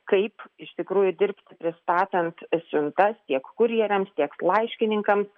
kaip iš tikrųjų dirbti pristatant siuntas tiek kurjeriams tiek laiškininkams